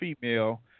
female